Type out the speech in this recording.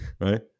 right